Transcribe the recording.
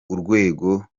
urwego